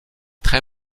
très